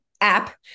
app